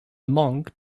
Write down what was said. monk